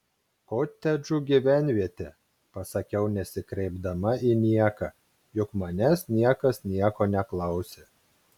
kotedžų gyvenvietė pasakiau nesikreipdama į nieką juk manęs niekas nieko neklausė